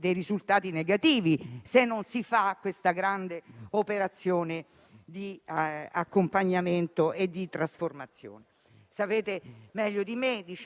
risultati negativi se non si fa una grande operazione di accompagnamento e trasformazione. Sapete meglio di me che